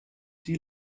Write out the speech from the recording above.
die